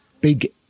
big